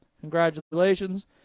congratulations